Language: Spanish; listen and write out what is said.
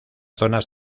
zonas